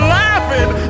laughing